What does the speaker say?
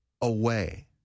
away